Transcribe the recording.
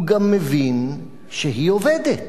הוא גם מבין שהיא עובדת.